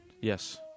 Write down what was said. Yes